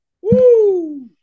woo